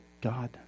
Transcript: God